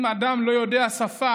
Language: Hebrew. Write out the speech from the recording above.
אם אדם לא יודע שפה,